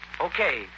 Okay